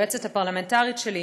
היועצת הפרלמנטרית שלי,